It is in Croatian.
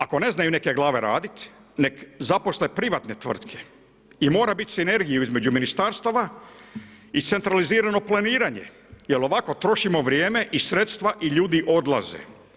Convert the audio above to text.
Ako ne znaju neke glave raditi nek zaposle privatne tvrtke i mora biti sinergije između ministarstava i centralizirano planiranje jel ovako trošimo vrijeme i sredstva i ljudi odlaze.